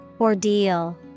Ordeal